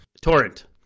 Torrent